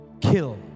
kill